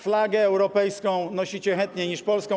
Flagę europejską nosicie chętniej niż polską.